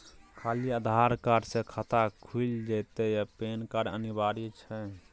खाली आधार कार्ड स खाता खुईल जेतै या पेन कार्ड अनिवार्य छै?